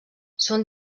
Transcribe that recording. són